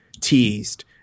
teased